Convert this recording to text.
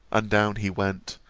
and down he went,